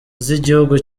z’igihugu